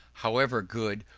however good,